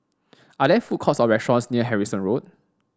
are there food courts or restaurants near Harrison Road